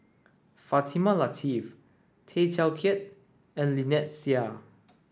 Fatimah Lateef Tay Teow Kiat and Lynnette Seah